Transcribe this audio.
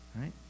Right